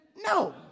No